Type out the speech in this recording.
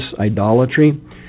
idolatry